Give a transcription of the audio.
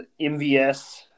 MVS